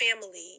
family